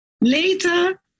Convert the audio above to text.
Later